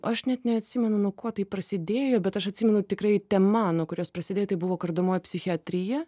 aš net neatsimenu nuo ko tai prasidėjo bet aš atsimenu tikrai tema nuo kurios prasidėjo buvo kardomoji psichiatrija